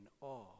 awe